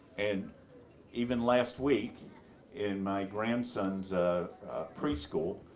and even last week in my grandson's preschool,